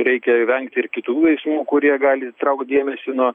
reikia vengti ir kitų veiksmų kurie gali traukt dėmesį nuo